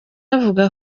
avuga